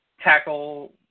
tackle